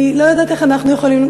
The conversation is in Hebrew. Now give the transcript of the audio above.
אני לא יודעת איך אנחנו יכולים,